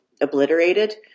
obliterated